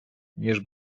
ніж